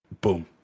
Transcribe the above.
Boom